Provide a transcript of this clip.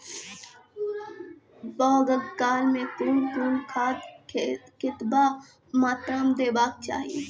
बौगक काल मे कून कून खाद केतबा मात्राम देबाक चाही?